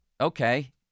okay